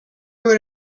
would